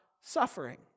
suffering